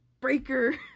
breaker